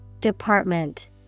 Department